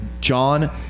John